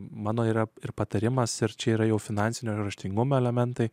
mano yra ir patarimas ir čia yra jau finansinio raštingumo elementai